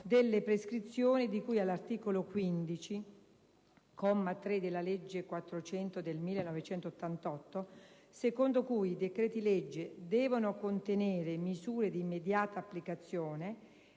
delle prescrizioni di cui all'articolo 15, comma 3, della legge n. 400 delle 1988, secondo cui i decreti-legge devono contenere misure di immediata applicazione